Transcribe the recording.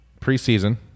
preseason